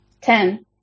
ten